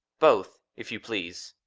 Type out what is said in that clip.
both, if you please.